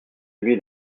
lui